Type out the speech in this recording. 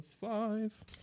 five